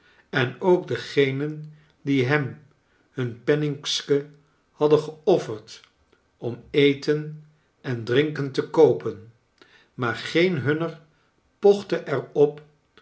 en ook degenen die hem hun penningske hadden geofferd om eten en drinte koopen maar geen hunner pochte er